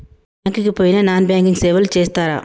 Bank కి పోయిన non banking సేవలు చేస్తరా?